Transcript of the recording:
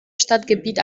stadtgebiet